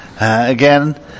Again